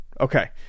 okay